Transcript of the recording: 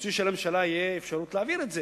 רצוי שלממשלה תהיה אפשרות להעביר את זה.